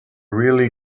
really